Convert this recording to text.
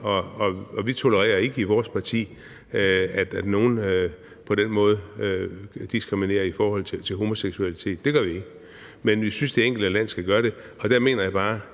Vi tolererer ikke i vores parti, at nogen på den måde diskriminerer i forhold til homoseksualitet. Det gør vi ikke. Men vi synes, at det enkelte land skal afgøre det. Og der mener jeg bare: